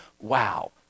wow